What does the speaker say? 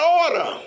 order